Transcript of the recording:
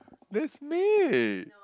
that's me